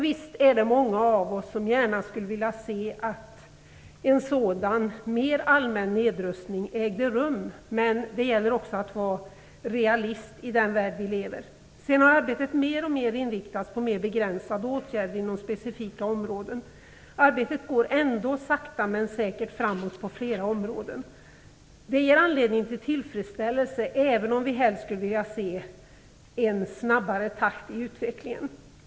Visst är det många av oss som gärna skulle vilja se att en allmän nedrustning ägde rum, men det gäller också att vara realist i den värld som vi lever i. Sedan har arbetet mer och mer inriktats på mer begränsade åtgärder inom specifika områden. Arbetet går ändå sakta men säkert framåt på flera områden. Det ger anledning till tillfredsställelse, även om vi helst skulle vilja se en snabbare takt i utvecklingen.